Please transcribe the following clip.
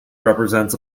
represents